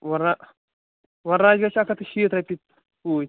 وَنرا وَنراج گَژھہِ اَکھ ہَتھ تہٕ شیٖتھ رۄپیہِ پوٗتۍ